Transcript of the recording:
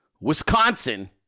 Wisconsin